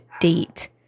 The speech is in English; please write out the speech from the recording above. date